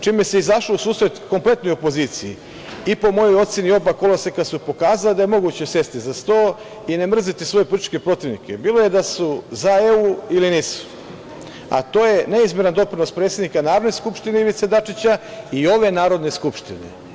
čime se izašlo u susret kompletnoj opoziciji i po mojoj oceni oba koloseka su pokazala da je moguće sesti za sto i ne mrzeti svoje političke protivnike, bilo da su za EU ili nisu, a to je neizmerna…. predsednika Narodne skupštine Ivice Dačića i ove Narodne skupštine.